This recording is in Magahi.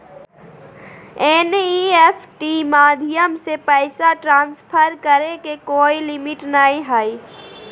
एन.ई.एफ.टी माध्यम से पैसा ट्रांसफर करे के कोय लिमिट नय हय